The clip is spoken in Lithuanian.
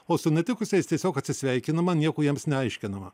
o su nutikusiais tiesiog atsisveikinama man nieko jiems neaiškinama